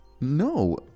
No